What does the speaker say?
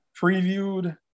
Previewed